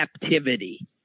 captivity